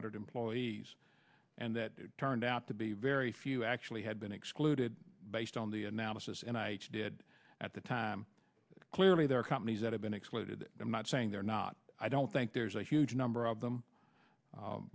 hundred employees and that turned out to be very few actually had been excluded based on the analysis and i did at the time clearly there are companies that have been excluded i'm not saying they're not i don't think there's a huge number of them